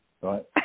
right